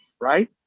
right